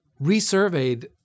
resurveyed